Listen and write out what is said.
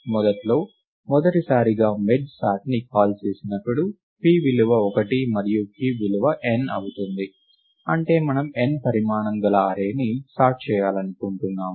మొదట్లో మొదటిసారిగామెర్జ్ సార్ట్ ని కాల్ చేసినప్పుడు p విలువ 1 మరియు q విలువ n అవుతుంది అంటే మనం n పరిమాణం గల అర్రే ని సార్ట్ చేయాలనుకుంటున్నాము